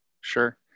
Sure